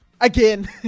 again